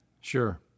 Sure